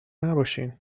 نباشین